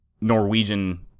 Norwegian